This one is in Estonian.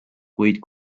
kuid